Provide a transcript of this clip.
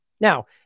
Now